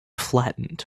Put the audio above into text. flattened